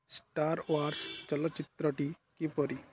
star Wars ଚଳଚ୍ଚିତ୍ରଟି କିପରି